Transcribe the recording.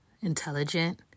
intelligent